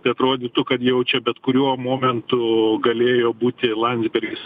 tai atrodytų kad jau čia bet kuriuo momentu galėjo būti landsbergis